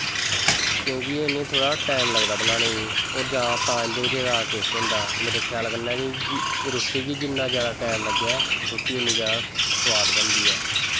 क्योंकि इ'नें गी थोह्ड़ा टैम लगदा बनाने गी होर तां जैदा टेस्ट होंदा मेरे ख्याल कन्नै रुट्टी गी जिन्ना जैदा टैम लग्गै रुट्टी उन्नी जैदा सोआद बनदी ऐ